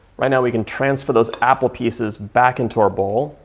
right now we can transfer those apple pieces back into our bowl.